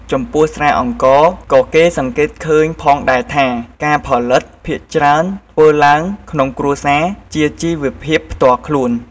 ចំពោះស្រាអង្ករ ក៏គេសង្កេតឃើញផងដែរថា ការផលិតភាគច្រើនធ្វើឡើងក្នុងគ្រួសារ ជាជីវភាពផ្ទាល់ខ្លួន។